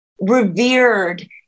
revered